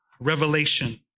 revelation